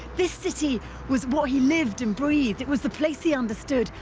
this city was what he lived and breathed. it was the place he understood,